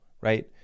right